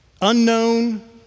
unknown